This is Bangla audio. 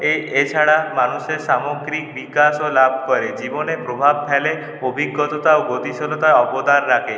এই এ ছাড়া মানুষের সামগ্রিক বিকাশও লাভ করে জীবনে প্রভাব ফেলে অভিজ্ঞতা ও গতিশীলতায় অবদান রাখে